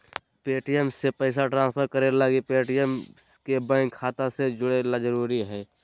Paytm से पैसा transfer करे लगी पेटीएम के बैंक खाता से जोड़े ल जरूरी हय